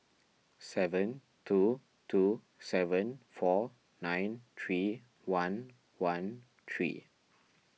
seven two two seven four nine three one one three